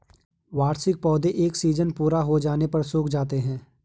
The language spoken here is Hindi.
वार्षिक पौधे एक सीज़न पूरा होने पर सूख जाते हैं